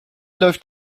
läuft